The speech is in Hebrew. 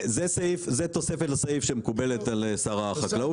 זה תוספת לסעיף שמקובלת על שר החקלאות.